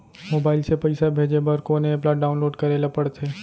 Mobile से पइसा भेजे बर कोन एप ल डाऊनलोड करे ला पड़थे?